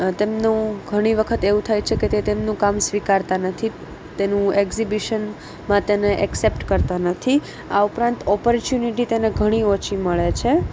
તેમનું ઘણી વખત એવું થાય છે કે તે તેમનું કામ સ્વીકારતા નથી તેનું એક્ઝિબિશન માં તેને એક્સેપ્ટ કરતાં નથી આ ઉપરાંત ઓપર્ચ્યુનિટી તેને ઘણી ઓછી મળે છે